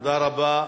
תודה רבה.